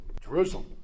Jerusalem